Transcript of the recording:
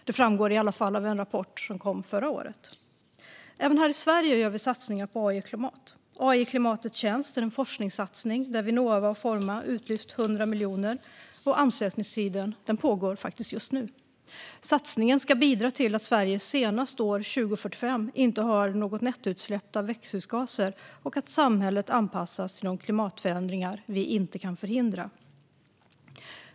Det framgår i alla fall av en rapport som kom förra året. Även här i Sverige gör vi satsningar på AI och klimat. AI i klimatets tjänst är en forskningssatsning där Vinnova och Forma utlyst 100 miljoner. Ansökningstiden pågår just nu. Satsningen ska bidra till att Sverige senast 2045 inte har något nettoutsläpp av växthusgaser och att samhället anpassas till de klimatförändringar vi inte kan förhindra.